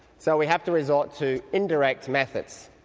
so we have to resort to indirect methods.